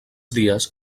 dies